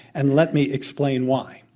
and let me explain why.